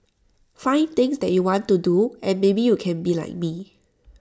find things that you want to do and maybe you can be like me